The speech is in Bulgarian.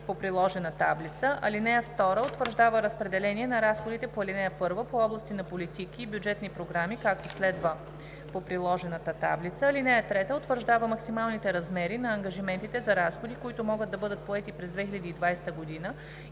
по приложена таблица. (2) Утвърждава разпределение на разходите по ал. 1 по области на политики и бюджетни програми, както следва: по приложена таблица. (3) Утвърждава максималните размери на ангажиментите за разходи, които могат да бъдат поети през 2020 г.,